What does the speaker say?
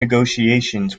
negotiations